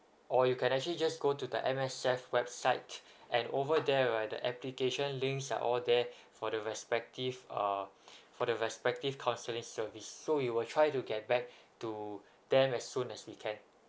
or you can actually just go to the M_S_F website and over there right the application links are all there for the respective uh for the respective counselling service so we will try to get back to them as soon as we can